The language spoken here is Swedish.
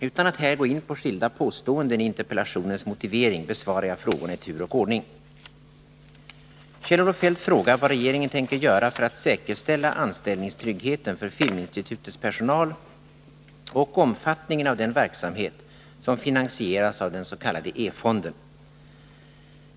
Utan att här gå in på skilda påståenden i interpellationens motivering besvarar jag frågorna i tur och ordning. Kjell-Olof Feldt frågar vad regeringen tänker göra för att säkerställa anställningstryggheten för Filminstitutets personal och omfattningen av den verksamhet som finansieras av den s.k. E-fonden.